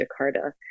Jakarta